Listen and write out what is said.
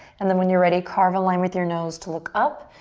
and then when you're ready, carve a line with your nose to look up.